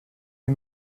est